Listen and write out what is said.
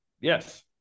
yes